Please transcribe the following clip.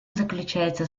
заключается